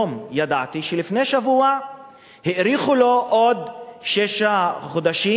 היום ידעתי שלפני שבוע האריכו לו עוד בשישה חודשים,